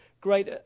great